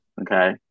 Okay